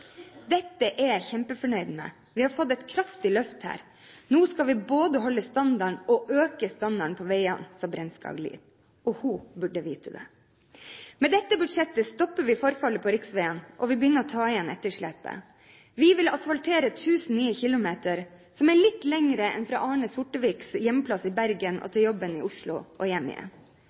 dette budsjettet stopper vi forfallet på riksveiene, og vi begynner å ta igjen etterslepet. Vi vil asfaltere 1 000 nye kilometer, som er litt lenger enn fra Arne Sorteviks hjemsted i Bergen til jobben i Oslo og